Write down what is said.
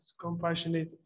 compassionate